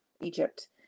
Egypt